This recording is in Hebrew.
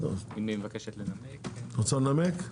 רוצה לנמק?